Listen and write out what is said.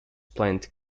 planned